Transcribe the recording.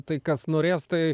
tai kas norės tai